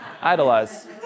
Idolize